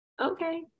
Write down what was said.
okay